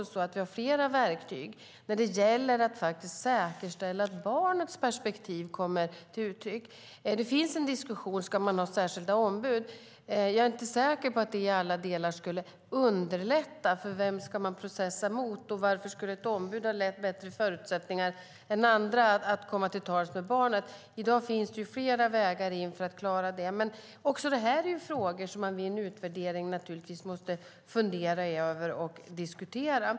Vi har flera verktyg när det gäller att säkerställa att barnets perspektiv kommer till uttryck. Det finns en diskussion om att ha särskilda ombud. Jag är inte säker på att det i alla delar skulle underlätta, för vem ska man processa mot och varför skulle ett ombud ha bättre förutsättningar än andra att komma till tals med barnet? I dag finns det flera vägar för att klara det. Också det här är frågor som man vid en utvärdering naturligtvis måste fundera över och diskutera.